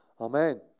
Amen